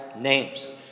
names